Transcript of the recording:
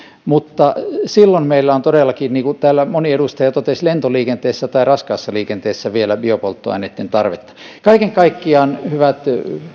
mutta silloin meillä on todellakin niin kuin täällä moni edustaja totesi lentoliikenteessä tai raskaassa liikenteessä vielä biopolttoaineitten tarvetta kaiken kaikkiaan hyvät